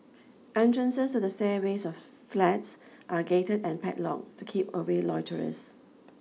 entrances to the stairways of flats are gated and padlocked to keep away loiterers